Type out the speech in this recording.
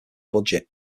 budget